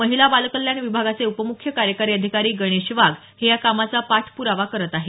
महिला बालकल्याण विभागाचे उप मुख्य कार्यकारी अधिकारी गणेश वाघ हे या कामाचा पाठपुरावा करत आहेत